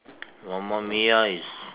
Mamma Mia is